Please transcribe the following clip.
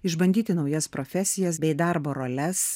išbandyti naujas profesijas bei darbo roles